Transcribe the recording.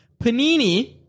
Panini